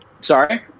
Sorry